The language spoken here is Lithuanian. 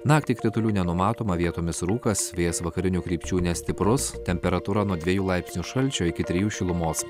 naktį kritulių nenumatoma vietomis rūkas vėjas vakarinių krypčių nestiprus temperatūra nuo dvejų laipsnių šalčio iki trijų šilumos